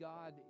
God